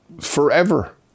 forever